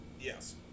Yes